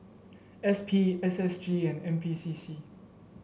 S P S S G and N P C C